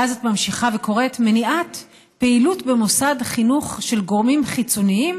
ואז את ממשיכה וקוראת: "מניעת פעילות במוסד חינוך של גורמים חיצוניים